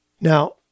Now